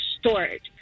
storage